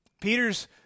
Peter's